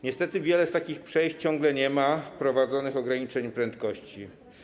Niestety, w przypadku wielu z takich przejść ciągle nie ma wprowadzonych ograniczeń prędkości.